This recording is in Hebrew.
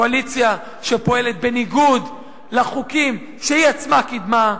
קואליציה שפועלת בניגוד לחוקים שהיא עצמה קידמה,